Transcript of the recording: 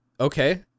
okay